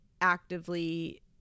actively